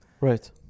Right